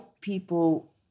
people